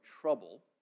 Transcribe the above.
trouble